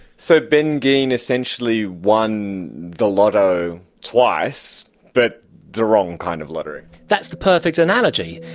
so ben geen essentially won the lotto twice but the wrong kind of lottery. that's the perfect analogy,